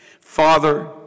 Father